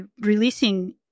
releasing